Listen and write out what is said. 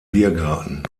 biergarten